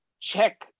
check